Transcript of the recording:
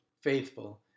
faithful